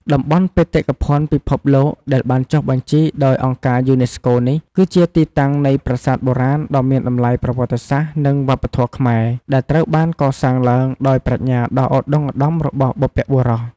តំបន់បេតិកភណ្ឌពិភពលោកដែលបានចុះបញ្ជីដោយអង្គការយូណេស្កូនេះ គឺជាទីតាំងនៃប្រាសាទបុរាណដ៏មានតម្លៃប្រវត្តិសាស្ត្រ និងវប្បធម៌ខ្មែរ ដែលត្រូវបានកសាងឡើងដោយប្រាជ្ញាដ៏ឧត្ដុង្គឧត្ដមរបស់បុព្វបុរស។